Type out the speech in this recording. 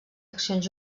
accions